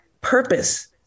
purpose